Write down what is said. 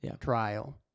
trial